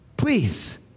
Please